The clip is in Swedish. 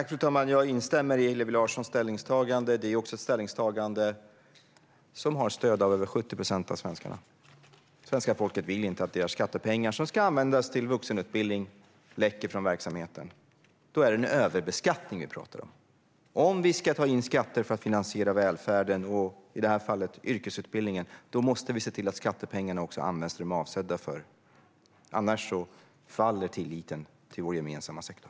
Fru talman! Jag instämmer i Hillevi Larssons ställningstagande. Det är ett ställningstagande som också har stöd av över 70 procent av svenskarna. Svenska folket vill inte att deras skattepengar, som ska användas till vuxenutbildning, läcker från verksamheten. Då är det en överbeskattning vi talar om. Om vi ska ta in skatter för att finansiera välfärden, i det här fallet yrkesutbildningen, måste vi se till att skattepengarna används till det de är avsedda för. Annars faller tilliten till vår gemensamma sektor.